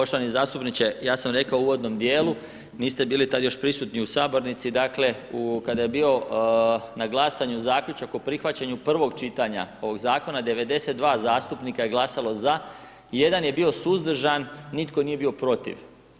Poštovani zastupniče, ja sam rekao u uvodnom djelu, niste bili tad još prisutni u sabornici, dakle kada je bio na glasanju zaključak o prihvaćanju prvog čitanja ovog zakona, 92 zastupnika je glasalo za, jedan je bio suzdržan, nitko nije bo protiv.